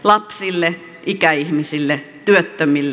lapsille ikäihmisille työttömille